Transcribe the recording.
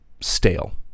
stale